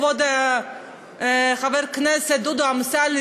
כבוד חבר הכנסת דודו אמסלם,